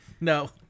no